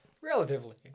relatively